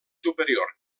superior